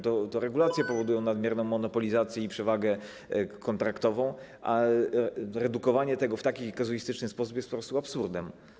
To regulacje powodują nadmierną monopolizację i przewagę kontraktową, a redukowanie tego w taki kazuistyczny sposób jest po prostu absurdem.